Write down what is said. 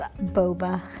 Boba